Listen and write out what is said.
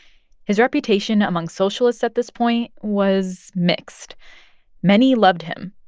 his reputation among socialists at this point was mixed many loved him,